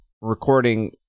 recording